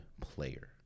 player